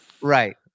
Right